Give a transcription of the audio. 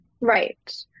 Right